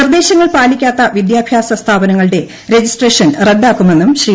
നിർദ്ദേശങ്ങൾ പാലിക്കാത്ത വിദ്യാഭ്യാസസ്ഥാപനങ്ങളുടെരജിസ്ട്രേഷൻ റദ്ദാക്കുമെന്നും ശ്രീ